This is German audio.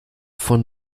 von